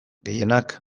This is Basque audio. gehienak